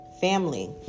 family